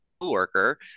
worker